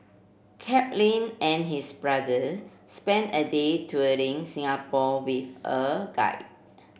Chaplin and his brother spent a day touring Singapore with a guide